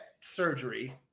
surgery